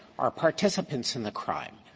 are participants in the crime.